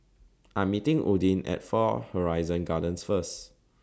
I'm meeting Odin At Far Horizon Gardens First